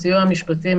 בסיוע המשפטי,